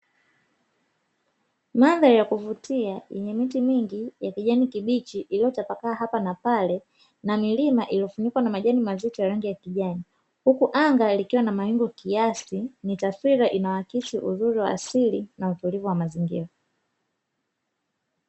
Mandhari ya kuvutia yenye mti mingi ya kijani kibichi iliyotapakaa hapa na pale na milima iliyofunikwa na majani mazito ya rangi ya kijani, huku anga likiwa na mawingu kiasi ni taswira inahakikishi uzuri wa asili na utulivu wa mazingira.